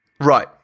right